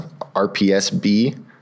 RPSB